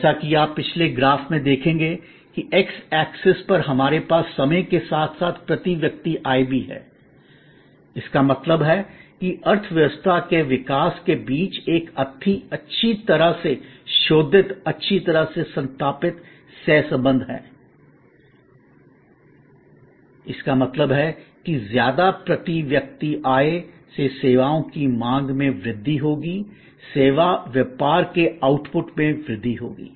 जैसा कि आप पिछले ग्राफ में देखेंगे कि एक्स एक्सिस पर हमारे पास समय के साथ साथ प्रति व्यक्ति आय भी है इसका मतलब है अर्थव्यवस्था के विकास के बीच एक अच्छी तरह से शोधित अच्छी तरह से स्थापित सह संबंध है इसका मतलब है कि ज़्यादा प्रति व्यक्ति आय से सेवाओं की मांग में वृद्धि होगी सेवा व्यापार के आउटपुट में वृद्धि होगी